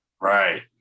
right